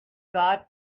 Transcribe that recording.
guard